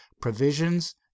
provisions